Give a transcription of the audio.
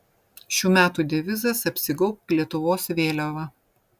šių metų devizas apsigaubk lietuvos vėliava